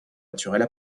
naturelle